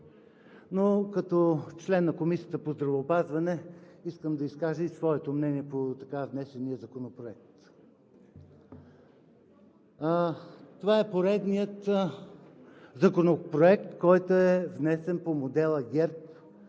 но като член на Комисията по здравеопазване искам да изкажа и своето мнение по внесения Законопроект. Това е поредният законопроект, който е внесен по модела ГЕРБ